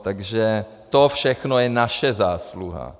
Takže to všechno je naše zásluha.